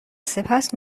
سپس